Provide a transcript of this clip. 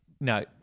No